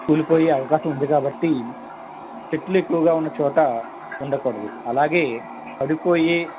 కూలిపోయే అవకాశం ఉంది కాబట్టి చెట్లు ఎక్కువగా ఉన్నచోట ఉండకూడదు అలాగే పడిపోయే